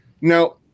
Now